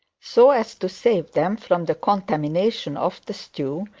so as to save them from the contamination of the stew,